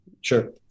sure